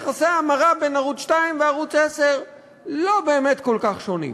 יחסי ההמרה בין ערוץ 2 וערוץ 10 לא באמת כל כך שונים.